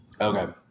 Okay